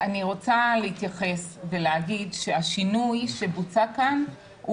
אני רוצה להתייחס ולהגיד שהשינוי שבוצע כאן הוא